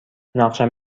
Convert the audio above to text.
نقشم